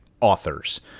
authors